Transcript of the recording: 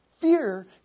fear